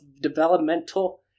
Developmental